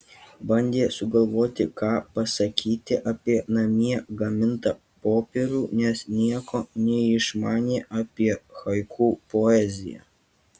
bandė sugalvoti ką pasakyti apie namie gamintą popierių nes nieko neišmanė apie haiku poeziją